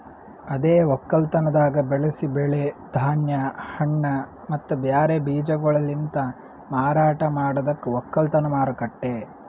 ಅದೇ ಒಕ್ಕಲತನದಾಗ್ ಬೆಳಸಿ ಬೆಳಿ, ಧಾನ್ಯ, ಹಣ್ಣ ಮತ್ತ ಬ್ಯಾರೆ ಬೀಜಗೊಳಲಿಂತ್ ಮಾರಾಟ ಮಾಡದಕ್ ಒಕ್ಕಲತನ ಮಾರುಕಟ್ಟೆ